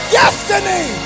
destiny